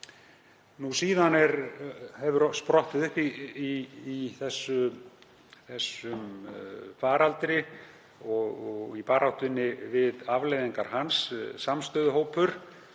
Síðan hefur sprottið upp í þessum faraldri og í baráttunni við afleiðingar hans samstöðuhópur